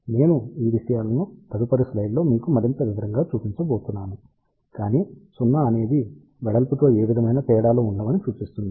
నేను ఈ విషయాలను తదుపరి స్లయిడ్లో మీకు మరింత వివరంగా చూపించబోతున్నాను కాని 0 అనేది వెడల్పుతో ఏ విధమైన తేడాలు ఉండవని సూచిస్తుంది